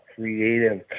creative